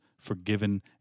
forgiven